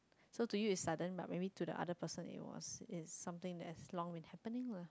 so do you as sudden but maybe to the other person it was it something that has long with happening what